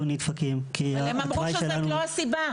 נדפקים -- אבל הם אמרו שזאת לא הסיבה.